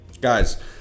guys